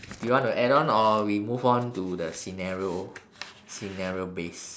do you want to add on or we move on to the scenario scenario based